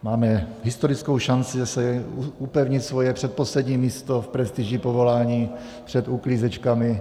Máme historickou šanci upevnit svoje předposlední místo v prestiži povolání před uklízečkami.